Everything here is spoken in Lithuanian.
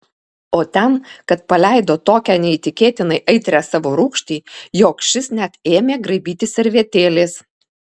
o ten kad paleido tokią neįtikėtinai aitrią savo rūgštį jog šis net ėmė graibytis servetėlės